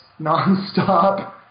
nonstop